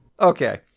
Okay